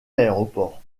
l’aéroport